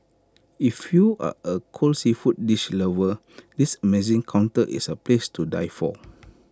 if you are A cold seafood dish lover this amazing counter is A place to die for